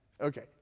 okay